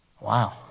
Wow